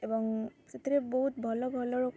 ଏବଂ ସେଥିରେ ବହୁତ ଭଲ ଭଲ